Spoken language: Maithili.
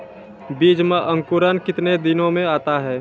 बीज मे अंकुरण कितने दिनों मे आता हैं?